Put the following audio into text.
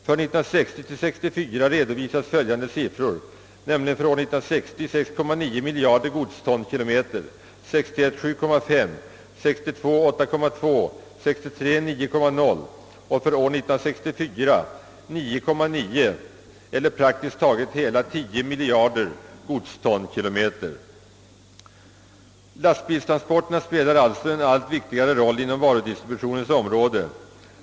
För perioden 1960—1964 redovisas följande siffror: Lastbilstransporterna spelar alltså en allt viktigare roll på varudistributionens område.